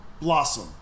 blossom